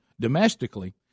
domestically